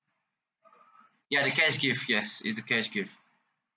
ya the cash gift yes it's the cash gift